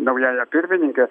naująja pirmininke